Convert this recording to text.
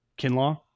Kinlaw